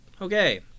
Okay